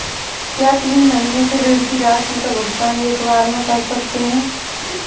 क्या तीन महीने के ऋण की राशि का भुगतान एक बार में कर सकते हैं?